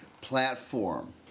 platform